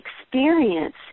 experience